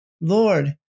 Lord